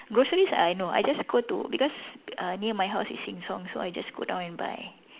groceries uh no I just go to because err near my house is Sheng Siong so I just go down and buy